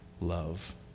love